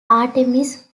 artemis